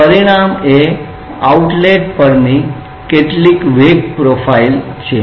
પરિણામ એ આઉટલેટ પરની કેટલીક વેગ પ્રોફાઇલ છે